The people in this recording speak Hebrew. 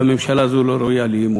והממשלה הזאת לא ראויה לאמון.